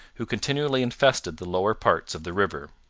who continually infested the lower part of the river.